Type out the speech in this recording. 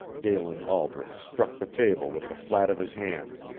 galen albret struck the table with the flat of his hand.